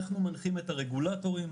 אנחנו מנחים את הרגולטורים,